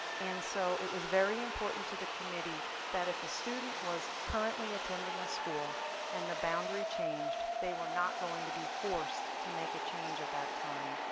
and so it was very important to the committee that, if a student was currently attending a school and the boundary changed, they were not going to be forced to make a change at that time.